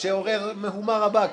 אתה צריך להתבייש,